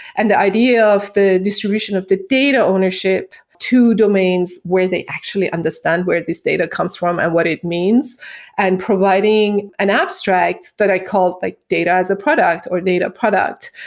and the idea of the distribution of the data ownership to domains where they actually understand where this data comes from and what it means and providing an abstract that i call like data as a product, or data product,